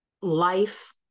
Life